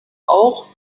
auch